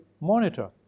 monitor